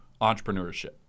entrepreneurship